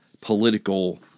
political